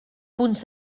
punts